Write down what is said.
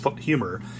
humor